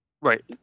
Right